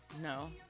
No